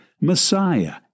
Messiah